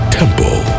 temple